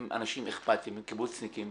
הם אנשים אכפתיים, קיבוצניקים,